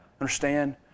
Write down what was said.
Understand